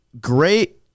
great